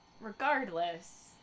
regardless